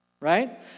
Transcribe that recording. Right